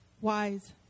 wise